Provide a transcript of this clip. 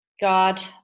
God